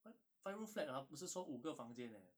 what five room flat ah 不是说五个房间 eh